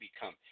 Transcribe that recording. become